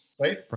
right